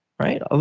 Right